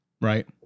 right